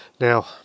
Now